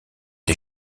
des